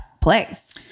place